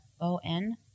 O-N